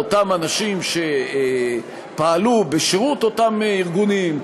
לאותם אנשים שפעלו בשירות אותם ארגונים,